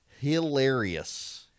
hilarious